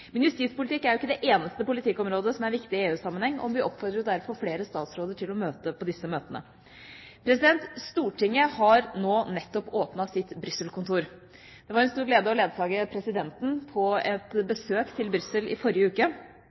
Men justispolitikk er ikke det eneste politikkområdet som er viktig i EU-sammenheng, og vi oppfordrer derfor flere statsråder til å delta på disse møtene. Stortinget har nå nettopp åpnet sitt Brussel-kontor. Det var en stor glede å ledsage stortingspresidenten på et besøk til Brussel i forrige uke